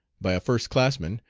by a first-classman,